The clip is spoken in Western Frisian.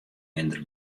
minder